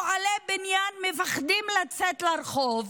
פועלי בניין מפחדים לצאת לרחוב,